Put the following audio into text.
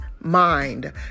mind